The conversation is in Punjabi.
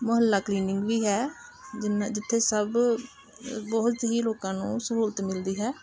ਮੁਹੱਲਾ ਕਲੀਨਿੰਕ ਵੀ ਹੈ ਜਿੰਨਾ ਜਿੱਥੇ ਸਭ ਬਹੁਤ ਹੀ ਲੋਕਾਂ ਨੂੰ ਸਹੂਲਤ ਮਿਲਦੀ ਹੈ